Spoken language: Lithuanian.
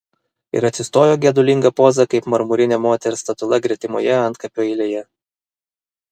ir atsistojo gedulinga poza kaip marmurinė moters statula gretimoje antkapių eilėje